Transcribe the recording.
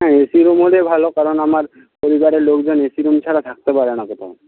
হ্যাঁ A C room হলে ভালো কারণ আমার পরিবারের লোকজন এ সি রুম ছাড়া থাকতে পারে না কোথাও